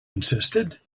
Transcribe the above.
insisted